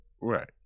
Right